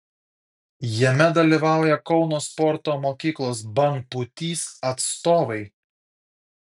jame dalyvauja kauno sporto mokyklos bangpūtys atstovai